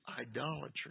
idolatry